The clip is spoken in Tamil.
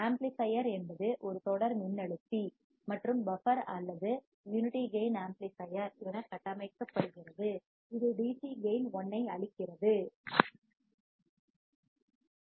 ஆம்ப்ளிபையர் என்பது ஒரு தொடர் மின்னழுத்தி அல்லது பஃபர் அல்லது யூனிட்டி கேயின் ஆம்ப்ளிபையர் என கட்டமைக்கப்படுகிறது இது டிசி கேயின் 1 ஐ அளிக்கிறது ஏ